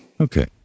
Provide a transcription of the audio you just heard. Okay